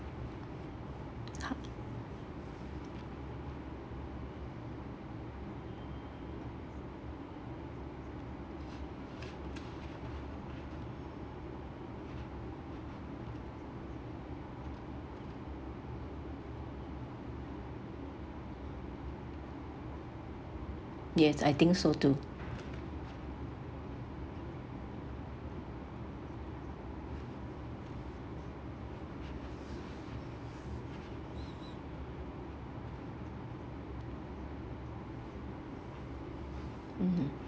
yes I think so too